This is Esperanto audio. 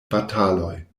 bataloj